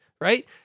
right